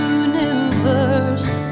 universe